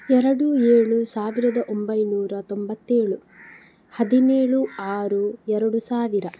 ಎರಡು ಏಳು ಸಾವಿರದ ಒಂಬೈನೂರ ತೊಂಬತ್ತೇಳು ಹದಿನೇಳು ಆರು ಎರಡು ಸಾವಿರ